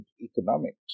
economics